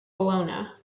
bologna